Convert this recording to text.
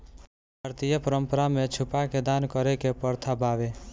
भारतीय परंपरा में छुपा के दान करे के प्रथा बावे